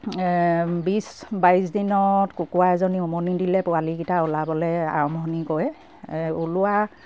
বিছ বাইছ দিনত কুকুৰা এজনীয়ে উমনি দিলে পোৱালিকিটা ওলাবলে আৰম্ভণি কৰে ওলোৱা